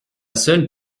seul